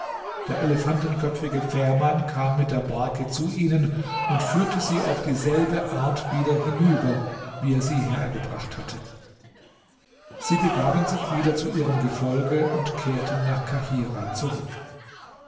der elefantenköpfige fährmann kam mit der barke zu ihnen und führte sie auf dieselbe art wieder hinüber wie er sie hergebracht hatte sie begaben sich wieder zu ihrem gefolge und kehrten nach kahirah zurück